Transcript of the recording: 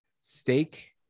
steak